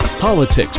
politics